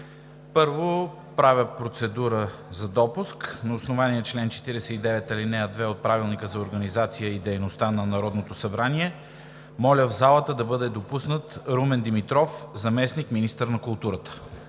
Първо правя процедура за допуск. На основание чл. 49, ал. 2 от Правилника за организацията и дейността на Народното събрание моля в залата да бъде допуснат Румен Димитров, заместник-министър на културата.